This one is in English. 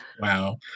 Wow